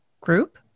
group